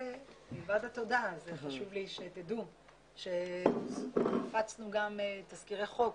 שמלבד התודה חשוב לי שתדעו שהפצנו גם תזכירי חוק,